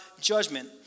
judgment